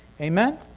Amen